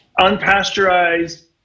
unpasteurized